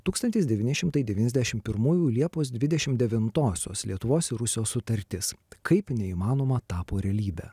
tūkstantis devyni šimtai devyniasdešimt pirmųjų liepos dvidešimt devintosios lietuvos ir rusijos sutartis kaip neįmanoma tapo realybe